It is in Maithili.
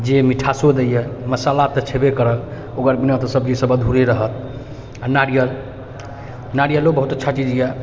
जे मिठासो दैए मसाला तऽ छेबे करै ओकर बिना सब्जी सब अधूरे रहत आओर नारियल नारियलो बहुत अच्छा चीज अइ